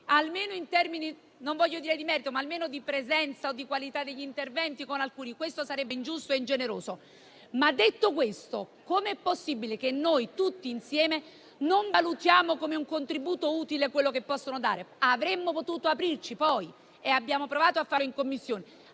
almeno in termini non dico di merito, ma di presenza o di qualità dell'intervento. Questo sarebbe ingiusto e ingeneroso. Detto questo, com'è possibile che noi tutti insieme non valutiamo come un contributo utile quello che possono dare? Avremmo potuto aprirci, e abbiamo provato a farlo in Commissione,